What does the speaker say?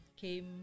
came